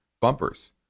bumpers